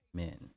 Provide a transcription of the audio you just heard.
men